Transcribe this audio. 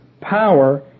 Power